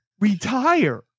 retire